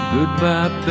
Goodbye